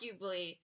arguably